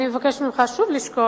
אני מבקשת ממך שוב לשקול,